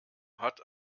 hat